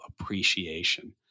appreciation